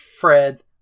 Fred